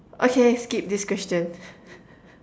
okay skip this question